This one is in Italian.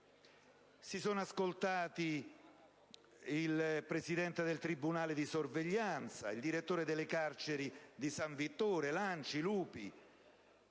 si sono ascoltati il presidente del tribunale di sorveglianza, il direttore delle carceri di San Vittore, l'ANCI, l'UPI.